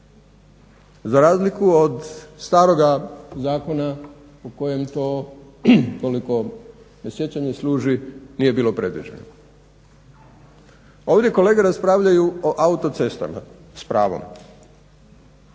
za razliku od staroga zakona u kojem to koliko me sjećanje služi nije bilo predviđeno. Ovdje kolege raspravljaju o autocestama s pravom.